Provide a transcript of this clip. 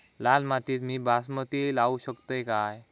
लाल मातीत मी बासमती लावू शकतय काय?